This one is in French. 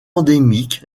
endémique